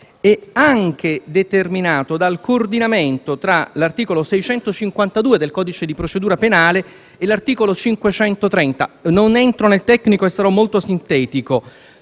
è anche determinato dal coordinamento tra l'articolo 652 del codice di procedura penale e l'articolo 530 del medesimo codice. Non entro nel tecnico e sarò molto sintetico.